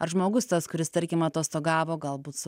ar žmogus tas kuris tarkim atostogavo galbūt su